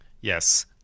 yes